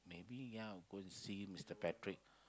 maybe ya go and see Mister Patrick